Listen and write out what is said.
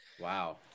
Wow